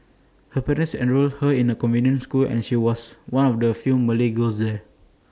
her parents enrolled her in A convent school and she was one of the few Malay girls there